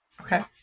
Okay